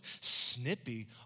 snippy